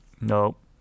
nope